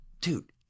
Dude